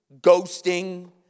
ghosting